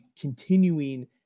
continuing